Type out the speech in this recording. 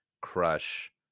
crush